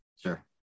Sure